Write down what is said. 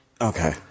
Okay